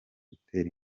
gutera